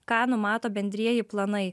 ką numato bendrieji planai